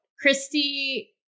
christy